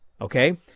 okay